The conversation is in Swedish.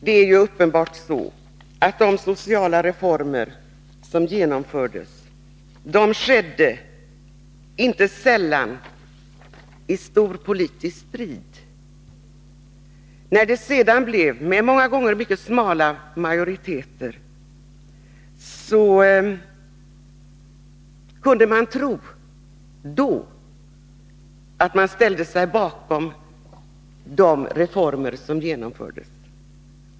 Det är uppenbart så, att de sociala reformerna inte sällan genomförts under stor politisk strid. När så skedde — många gånger med mycket små majoriteter — kunde det synas som om man ställde sig bakom de reformer som genomfördes.